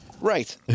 Right